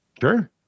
Sure